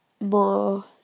more